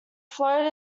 flowed